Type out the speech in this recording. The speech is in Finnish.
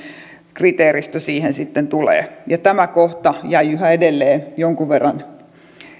kriteeristö siihen sitten tulee tämä kohta jäi yhä edelleen jonkun verran